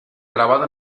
grabado